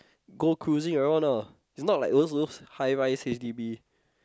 go cruising around ah it's not like those those high rise H_D_B